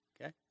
okay